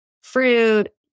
fruit